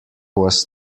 was